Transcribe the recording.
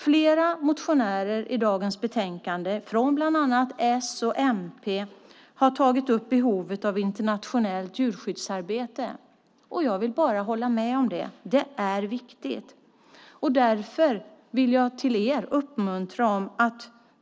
Flera motioner i dagens betänkande från bland andra s och mp tar upp behovet av internationellt djurskyddsarbete. Jag vill bara hålla med om det. Det är viktigt. Därför vill jag uppmuntra er.